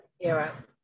era